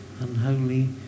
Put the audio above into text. unholy